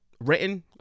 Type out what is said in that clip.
written